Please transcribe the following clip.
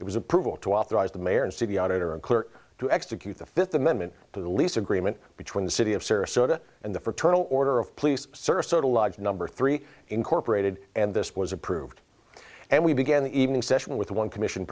it was approval to authorize the mayor and city auditor and clear to execute the fifth amendment to the lease agreement between the city of sarasota and the fraternal order of police service number three incorporated and this was approved and we began the evening session with one commission